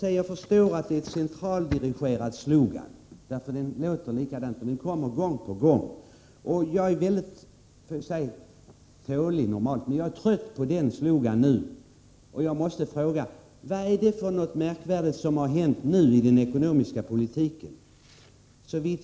Jag förstår att det är en centraldirigerad slogan. Den låter alltid likadant och återkommer gång på gång. Jag är normalt väldigt tålig, men jag är nu trött på denna slogan. Jag måste fråga: Vad är det för märkvärdigt som har hänt i den ekonomiska politiken?